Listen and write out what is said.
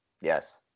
yes